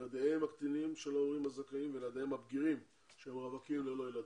ילדיהם הקטינים של ההורים הזכאים וילדיהם הבגירים שהם רווקים ללא ילדים.